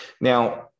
Now